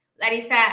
Larissa